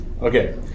Okay